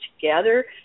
together